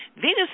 Venus